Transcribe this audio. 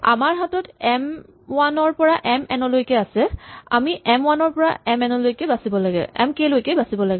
আমাৰ হাতত M one ৰ পৰা এম এন লৈ আছে আমি এম ৱান ৰ পৰা এম কে লৈ বাচিব লাগে